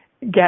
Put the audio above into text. get